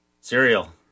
Cereal